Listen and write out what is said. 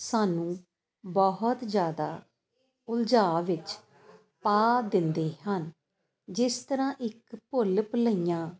ਸਾਨੂੰ ਬਹੁਤ ਜ਼ਿਆਦਾ ਉਲਝਾ ਵਿੱਚ ਪਾ ਦਿੰਦੇ ਹਨ ਜਿਸ ਤਰ੍ਹਾਂ ਇੱਕ ਭੁੱਲ ਭੁਲੱਈਆ